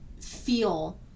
feel